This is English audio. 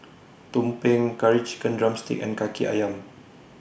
Tumpeng Curry Chicken Drumstick and Kaki Ayam